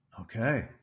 Okay